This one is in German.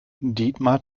dietmar